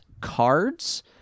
cards